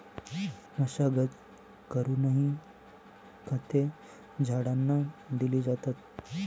मशागत करूनही खते झाडांना दिली जातात